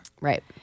Right